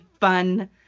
fun